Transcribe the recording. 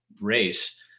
race